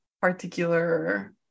particular